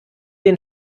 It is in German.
den